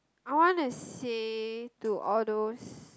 I want to say to all those